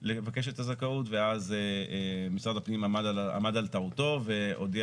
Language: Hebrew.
לבקש את הזכאות ואז משרד הפנים עמד על טעותו והודיע